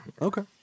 Okay